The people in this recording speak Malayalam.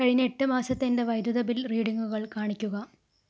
കഴിഞ്ഞ എട്ട് മാസത്തെ എൻ്റെ വൈദ്യുത ബിൽ റീഡിങ്ങുകൾ കാണിക്കുക